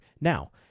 Now